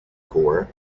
corps